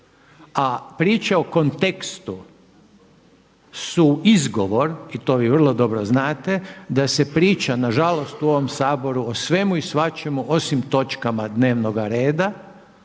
a priče o kontekstu su izgovor i to vi vrlo dobro znate, da se priča na žalost u ovom Saboru o svemu i svačemu osim točkama dnevnoga reda